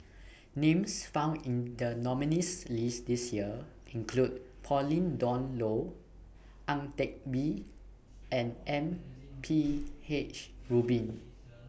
Names found in The nominees' list This Year include Pauline Dawn Loh Ang Teck Bee and M P H Rubin